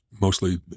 mostly